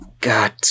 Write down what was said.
God